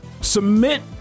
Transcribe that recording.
Submit